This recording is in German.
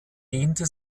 dehnte